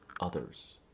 others